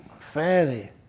fairly